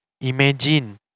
imagine